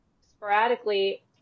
sporadically